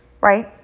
right